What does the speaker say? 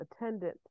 attendant